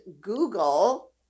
Google